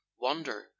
wonder